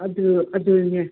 ꯑꯗꯨ ꯑꯗꯨꯅꯦ